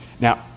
Now